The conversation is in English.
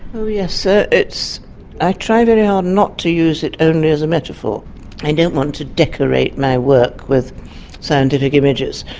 oh yes, ah i try very hard not to use it only as a metaphor i don't want to decorate my work with scientific images.